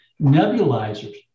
nebulizers